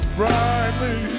brightly